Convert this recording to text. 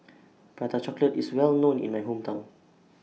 Prata Chocolate IS Well known in My Hometown